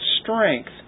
strength